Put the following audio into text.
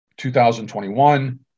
2021